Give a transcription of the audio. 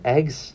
Eggs